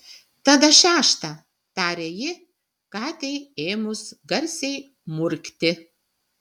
tada šeštą tarė ji katei ėmus garsiai murkti